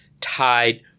tied